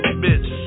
bitch